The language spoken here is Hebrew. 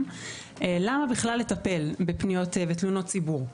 והיא: למה בכלל לטפל בפניות ובתלונות ציבור.